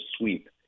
sweep